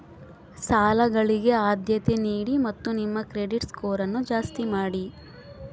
ಸಾಲಗಳಿಗೆ ಆದ್ಯತೆ ನೀಡಿ ಮತ್ತು ನಿಮ್ಮ ಕ್ರೆಡಿಟ್ ಸ್ಕೋರನ್ನು ಜಾಸ್ತಿ ಮಾಡಿ